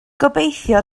gobeithio